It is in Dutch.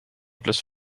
plus